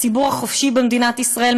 הציבור החופשי במדינת ישראל,